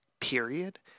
period